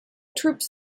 troops